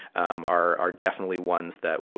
um are, are definitely ones that,